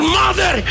mother